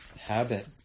habit